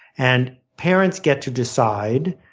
and parents get to decide.